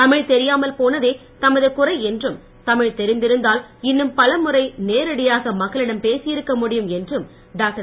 தமிழ் தெரியாமல் போனதே தமது குறை என்றும் தமிழ் தெரிந்திருந்தால் இன்னும் பலமுறை நேரடியாக மக்களிடம் பேசியிருக்க முடியும் என்றும் டாக்டர்